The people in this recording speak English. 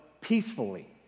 peacefully